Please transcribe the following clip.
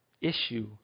issue